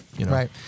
Right